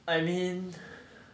I mean